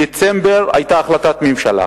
בדצמבר היתה החלטת ממשלה.